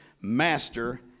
Master